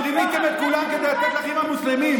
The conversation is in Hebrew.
אתם רימיתם את כולם כדי לתת לאחים המוסלמים.